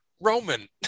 Roman